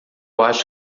acho